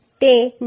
તેથી તે 9